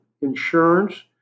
insurance